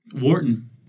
Wharton